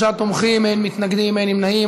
53 תומכים, אין מתנגדים, אין נמנעים.